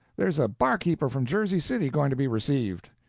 there's a barkeeper from jersey city going to be received.